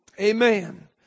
Amen